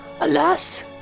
Alas